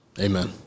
Amen